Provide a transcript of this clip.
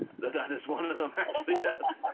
that is one of them actually, yes.